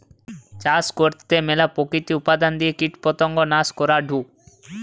চাষ করতে ম্যালা প্রাকৃতিক উপাদান দিয়ে কীটপতঙ্গ নাশ করাঢু